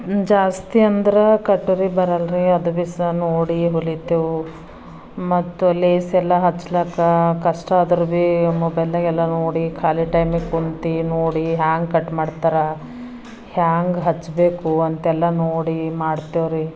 ಜಾಸ್ತಿ ಅಂದ್ರೆ ಕಟೋರಿ ಬರಲ್ರಿ ಅದೂ ಭೀ ಸಹ ನೋಡಿ ಹೊಲಿತೇವು ಮತ್ತು ಲೇಸ್ ಎಲ್ಲ ಹಚ್ಲಾಕ ಕಷ್ಟ ಆದರೂ ಭೀ ಮೊಬೈಲ್ದಾಗ ಎಲ್ಲ ನೋಡಿ ಖಾಲಿ ಟೈಮ್ ಕುಂತು ನೋಡಿ ಹ್ಯಾಂಗೆ ಕಟ್ ಮಾಡ್ತಾರಾ ಹ್ಯಾಂಗೆ ಹಚ್ಚಬೇಕು ಅಂತೆಲ್ಲ ನೋಡಿ ಮಾಡ್ತೇವ್ರಿ